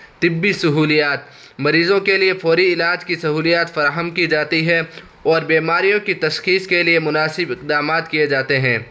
طبی سہولیات مریضوں کے لیے فوری علاج کی سہولیات فراہم کی جاتی ہے اور بیماریوں کی تشخیص کے لیے مناسب اقدامات کئے جاتے ہیں